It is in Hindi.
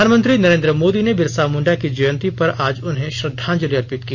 प्रधानमंत्री नरेन्द्र मोदी ने बिरसा मुंडा की जयंती पर आज उन्हें श्रद्धांजलि अर्पित की